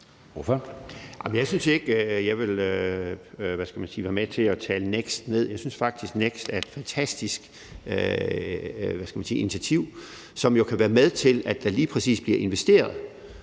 Nej, men jeg synes ikke, jeg vil være med til at, hvad skal man sige, tale NEKST ned. Jeg synes faktisk, NEKST er et fantastisk initiativ, som jo kan være med til, at der lige præcis bliver investeret